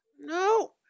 No